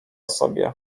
sobie